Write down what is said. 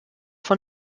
von